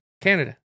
Canada